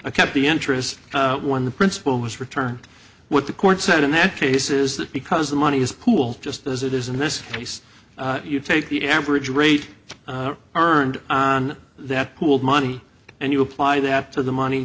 kept the interest when the principle was returned what the court said in that case is that because the money is pooled just as it is in this case you take the average rate earned on that pooled money and you apply that to the money